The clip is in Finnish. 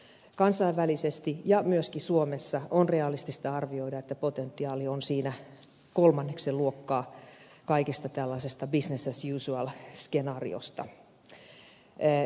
kansainvälisesti ja myöskin suomessa on realistista arvioida että potentiaali on siinä kolmanneksen luokkaa kaikesta tällaisesta business as usual skenaariosta